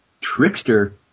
trickster